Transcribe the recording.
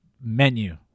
menu